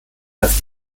dass